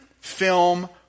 film